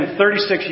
36